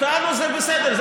אותנו לבקר זה בסדר,